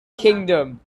kingdom